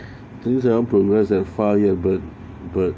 things haven't progress that far yet but but